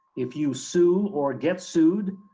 if you sue or get sued,